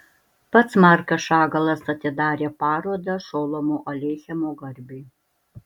pats markas šagalas atidarė parodą šolomo aleichemo garbei